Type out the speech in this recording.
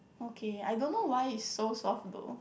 okay I don't know why it's so soft though